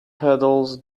pedals